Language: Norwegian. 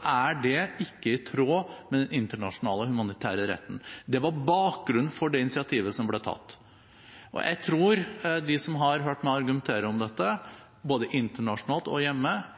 er det ikke i tråd med den internasjonale humanitære retten. Det var bakgrunnen for det initiativet som ble tatt. Jeg tror de som har hørt meg argumentere om dette, både internasjonalt og hjemme,